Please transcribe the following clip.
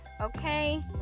Okay